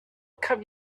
come